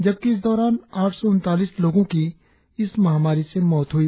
जबकि इस दौरान आठ सौ उनतालीस लोगों की इस महामारी से मौत हुई